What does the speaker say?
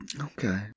Okay